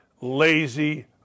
lazy